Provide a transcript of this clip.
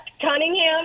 Cunningham